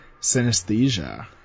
synesthesia